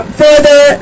further